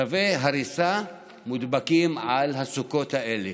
צווי הריסה מודבקים על הסוכות האלה.